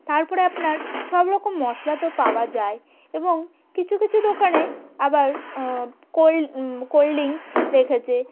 তারপরে আপনার সব রকম মশলা তো পাওয়া যায় এবং কিছু কিছু দোকানে আবার কোল্ড কোল্ড ড্রিঙ্কস রেখেছে